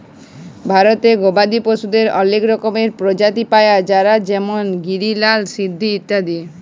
ভারতে গবাদি পশুদের অলেক রকমের প্রজাতি পায়া যায় যেমল গিরি, লাল সিন্ধি ইত্যাদি